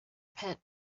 pit